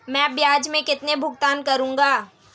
मैं ब्याज में कितना भुगतान करूंगा?